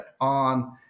on